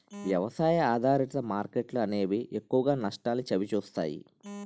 వ్యవసాయ ఆధారిత మార్కెట్లు అనేవి ఎక్కువగా నష్టాల్ని చవిచూస్తాయి